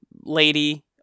lady